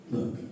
Look